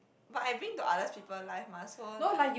but I bring to other's people life mah so like